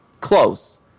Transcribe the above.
close